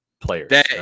players